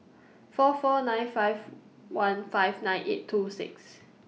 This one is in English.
four four nine five one five nine eight two six